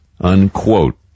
unquote